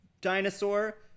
dinosaur